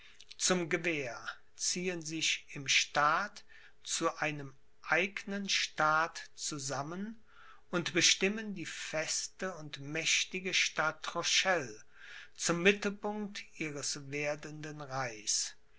zum gewehr ziehen sich im staat zu einem eignen staat zusammen und bestimmen die feste und mächtige stadt rochelle zum mittelpunkt ihres werdenden reichs